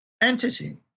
entity